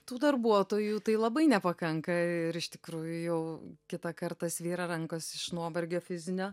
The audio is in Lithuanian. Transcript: tų darbuotojų tai labai nepakanka ir iš tikrųjų jau kitą kartą svyra rankos iš nuovargio fizinio